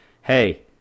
Hey